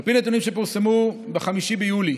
על פי נתונים שפורסמו ב-5 ביולי